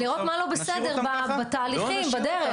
לראות מה לא בסדר בתהליכים בדרך.